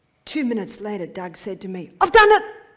two minutes later doug said to me, i've done it.